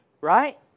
Right